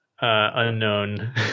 unknown